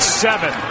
seven